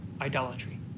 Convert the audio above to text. idolatry